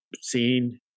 seen